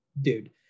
Dude